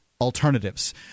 alternatives